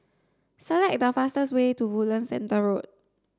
select the fastest way to Woodlands Centre Road